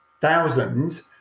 thousands